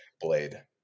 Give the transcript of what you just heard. Blade